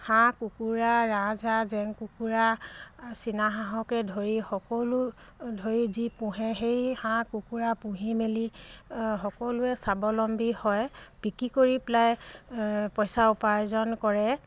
হাঁহ কুকুৰা ৰাজহাঁহ জেং কুকুৰা চীনাহাঁহকে ধৰি সকলো ধৰি যি পুহে সেই হাঁহ কুকুৰা পুহি মেলি সকলোৱে স্বাৱলম্বী হয় বিক্ৰী কৰি পেলাই পইচা উপাৰ্জন কৰে